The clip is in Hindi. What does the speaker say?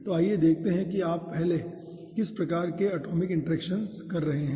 तो आइए देखें कि आप पहले किस प्रकार की इंटर एटॉमिक इंटरेक्शन कर रहे हैं